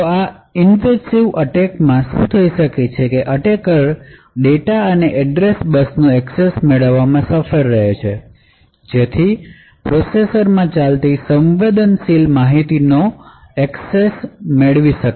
તો આ ઇનવેસીવ અટેકમાં શું થઈ શકે કે એટેકર ડેટા અને એડ્રેસ બસ નો એક્સેસ મેળવવામાં સફળ રહે અને જેથી પ્રોસેસર માં ચાલતી સંવેદનશીલ માહિતી નો એક્સેસ મેળવી શકે